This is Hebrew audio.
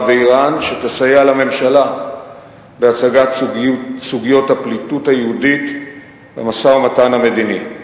ואירן שתסייע לממשלה בהצגת סוגיות הפליטות היהודית במשא-ומתן המדיני.